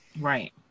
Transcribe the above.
Right